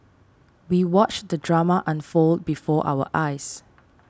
we watched the drama unfold before our eyes